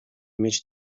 mieć